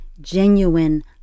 genuine